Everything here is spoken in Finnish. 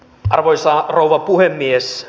arvoisa rouva puhemies